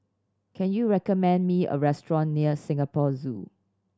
can you recommend me a restaurant near Singapore Zoo